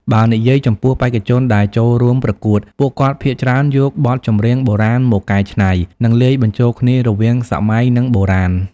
បើនិយាយចំពោះបេក្ខជនដែលចូលរួមប្រកួត ពួកគាត់ភាគច្រើនយកបទចម្រៀងបុរាណមកកែច្នៃ និងលាយបញ្ចូលគ្នារវាងសម័យនិងបុរាណ។